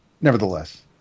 nevertheless